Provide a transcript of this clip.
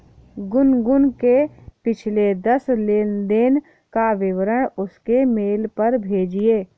गुनगुन के पिछले दस लेनदेन का विवरण उसके मेल पर भेजिये